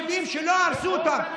יש כאן בתים של יהודים שלא הרסו אותם.